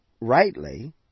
rightly